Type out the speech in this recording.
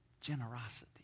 generosity